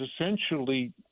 essentially